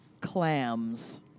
Clams